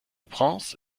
prince